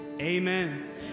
Amen